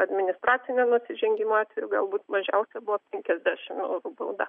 administracinio nusižengimo atveju galbūt mažiausia buvo penkiasdešimt eurų bauda